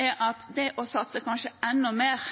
om at det å satse enda mer